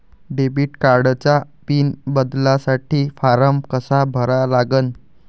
Debit कार्डचा PIN बदलासाठी form कसा भरा लागन?